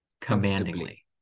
commandingly